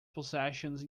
possessions